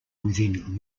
within